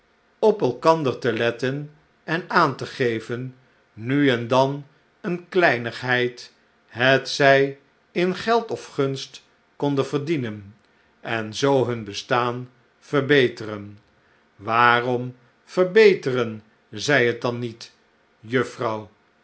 voorbeeld ander te letten en aan te geven nu en dan eene kleinigheid hetzij in geld of gunst konden verdienen en zoo nun bestaan verbeteren waarom verbeteren zij het dan niet juffrouw